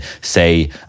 say